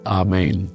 amen